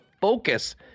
focus